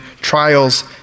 trials